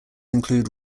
include